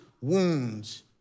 wounds